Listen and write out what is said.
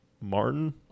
Martin